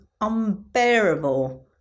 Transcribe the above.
unbearable